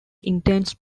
intense